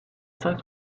cinq